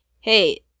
hey